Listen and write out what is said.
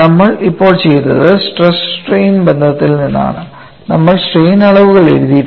നമ്മൾ ഇപ്പോൾ ചെയ്തത് സ്ട്രെസ് സ്ട്രെയിൻ ബന്ധത്തിൽ നിന്നാണ് നമ്മൾ സ്ട്രെയിൻ അളവുകൾ എഴുതിയിട്ടുണ്ട്